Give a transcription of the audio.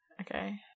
Okay